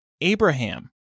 Abraham